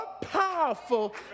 powerful